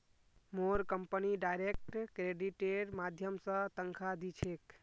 मोर company direct क्रेडिटेर माध्यम स तनख़ा दी छेक